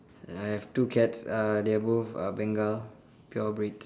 I have two cats uh they are both uh Bengal pure breeds